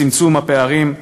בצמצום הפערים,